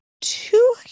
two